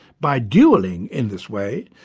by duelling in this way,